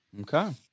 Okay